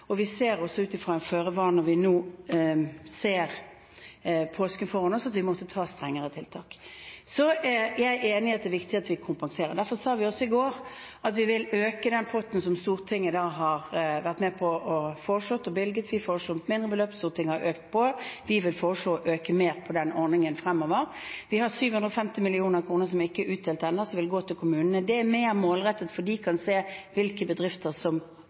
Vi ser også ut fra føre-var, når vi nå har påsken foran oss, at vi må ha strengere tiltak. Så er jeg enig i at det er viktig at vi kompenserer. Derfor sa vi også i går at vi vil øke den potten som Stortinget har vært med på å foreslå og bevilge. Vi foreslo et mindre beløp, Stortinget har økt det. Vi vil foreslå å øke mer i den ordningen fremover. Vi har 750 mill. kr som ikke er utdelt ennå, og som vil gå til kommunene. Det er mer målrettet, for de kan se hvilke bedrifter som